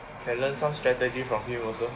can learn some strategy from him also